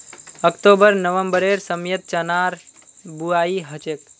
October नवंबरेर समयत चनार बुवाई हछेक